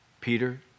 Peter